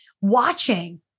watching